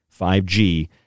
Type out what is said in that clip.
5G